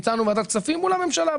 ביצעה ועדת הכספים מול הממשלה.